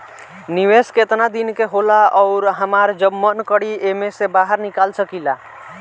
निवेस केतना दिन के होला अउर हमार जब मन करि एमे से बहार निकल सकिला?